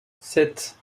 sept